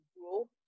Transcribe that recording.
grow